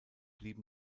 blieb